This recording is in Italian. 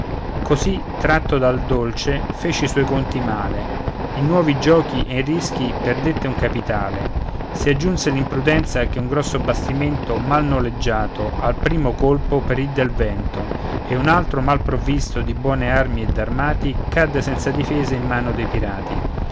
così tratto dal dolce fece i suoi conti male in nuovi giochi e in rischi perdette un capitale si aggiunse l'imprudenza che un grosso bastimento mal noleggiato al primo colpo perì del vento e un altro mal provvisto di buone armi e d'armati cadde senza difesa in mano dei pirati